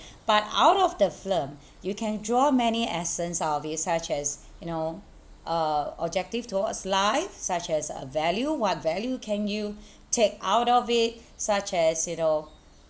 but out of the film you can draw many essence out of it such as you know uh objective towards life such as a value what value can you take out of it such as you know